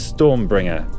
Stormbringer